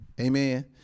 Amen